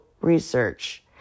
research